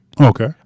Okay